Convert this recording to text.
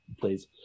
please